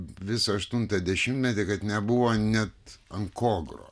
visą aštuntą dešimtmetį kad nebuvo net ant ko grot